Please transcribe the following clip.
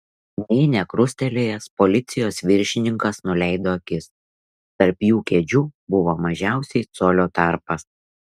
nė nekrustelėjęs policijos viršininkas nuleido akis tarp jų kėdžių buvo mažiausiai colio tarpas